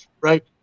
right